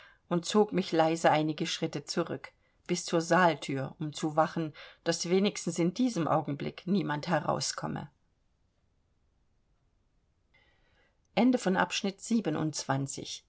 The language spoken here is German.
und zog mich leise einige schritte zurück bis zur saalthür um zu wachen daß wenigstens in diesem augenblick niemand herauskomme